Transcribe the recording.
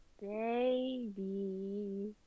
baby